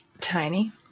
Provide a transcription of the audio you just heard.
Tiny